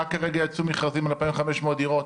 רק כרגע יצאו מכרזים על 2,500 דירות,